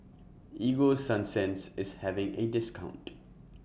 Ego Sunsense IS having A discount